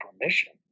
permission